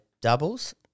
doubles